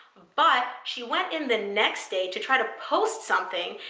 but she went in the next day to try to post something,